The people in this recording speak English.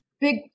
big